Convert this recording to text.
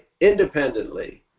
independently